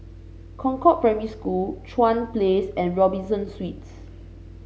Concord Primary School Chuan Place and Robinson Suites